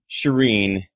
Shireen